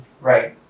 right